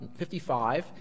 55